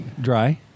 Dry